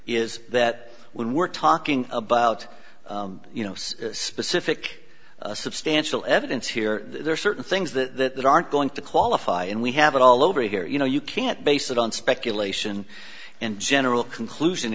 is that when we're talking about you know specific substantial evidence here there are certain things that aren't going to qualify and we have it all over here you know you can't base it on speculation and general conclusion